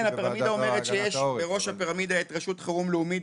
יש בראש הפירמידה את רשות חירום לאומית